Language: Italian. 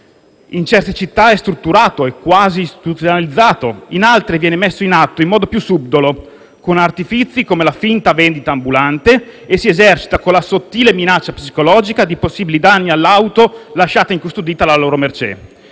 In certe città è strutturato e quasi istituzionalizzato; in altre viene messo in atto in modo più subdolo, con artifizi come la finta vendita ambulante e si esercita con la sottile minaccia psicologica di possibili danni all'auto lasciata incustodita alla loro mercé.